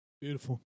Beautiful